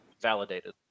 validated